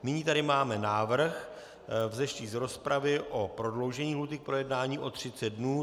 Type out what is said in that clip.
Nyní tady máme návrh vzešlý z rozpravy o prodloužení lhůty k projednání o 30 dnů.